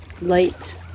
light